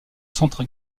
centre